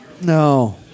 No